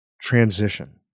transition